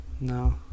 No